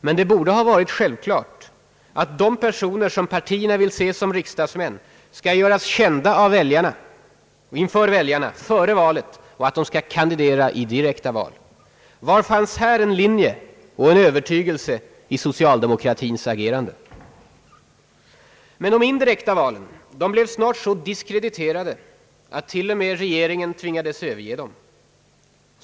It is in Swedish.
Men det borde ha varit självklart att de personer som partierna vill se som riksdagsmän skall göras kända för väljarna före valet, att de skall kandidera i direkta val. Var fanns här en linje och en övertygelse i socialdemokratins agerande? De indirekta valen blev emellertid snart så diskrediterade att t.o.m. regeringen tvingades överge dem.